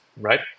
right